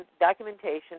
documentation